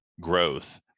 growth